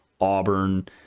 Auburn